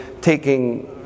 taking